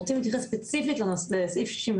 אנחנו רוצים להתייחס ספציפית לסעיף 64